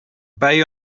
bay